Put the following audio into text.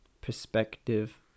perspective